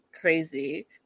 crazy